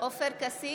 עופר כסיף,